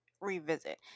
revisit